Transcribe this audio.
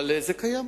היא קיימת